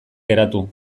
geratu